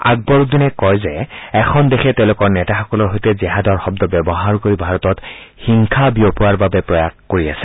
আকবৰউদ্দিনে কয় যে এখন দেশে তেওঁলোকৰ নেতাসকলৰ সৈতে জেহাদৰ শব্দ ব্যৱহাৰ কৰি ভাৰতত হিংসা বিয়পোৱাৰ বাবে প্ৰয়াস কৰি আছে